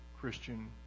christian